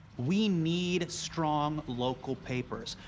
we need strong local papers.